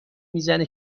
میزنه